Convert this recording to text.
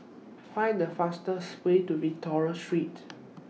Find The fastest Way to Victoria Street